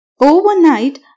Overnight